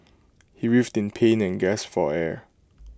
he writhed in pain and gasped for air